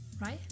right